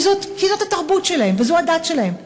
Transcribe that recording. כי זאת התרבות שלהן וזו הדת שלהן,